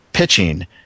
pitching